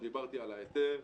דיברתי על ההיתר,